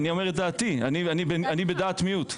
אני אומר את דעתי, אני בדעת מיעוט.